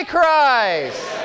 Christ